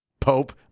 Pope